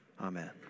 amen